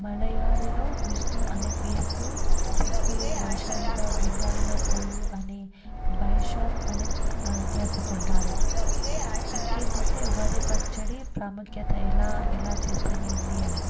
మలయాళీలో విష్ణు అనే పేరుతో సిక్కులు వైశాలిగా బెంగాలీగా పోయు అనే వైశాగ్ అనే జరుపుకుంటారు ఇంకేందంటే ఉగాది పచ్చడి ప్రాముఖ్యత ఎలా ఎలా చేస్తే ఏంది అని